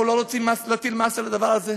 אנחנו לא רוצים להטיל מס על הדבר הזה.